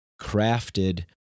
crafted